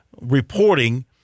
reporting